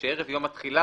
שערב יום התחילה,